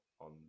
on